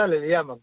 चालेल या मग